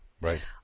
right